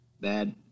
Bad